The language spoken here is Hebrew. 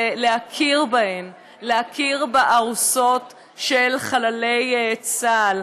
זה להכיר בהן, להכיר בארוסות של חללי צה"ל.